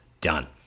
done